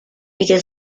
began